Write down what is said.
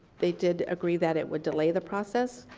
they did agree that it would delay the process,